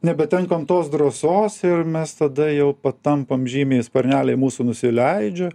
nebetenkam tos drąsos ir mes tada jau patampam žymiai sparneliai mūsų nusileidžia